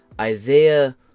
Isaiah